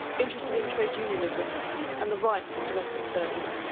interested in trade unionism and the rights of domestic servants.